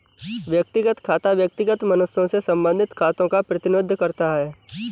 व्यक्तिगत खाता व्यक्तिगत मनुष्यों से संबंधित खातों का प्रतिनिधित्व करता है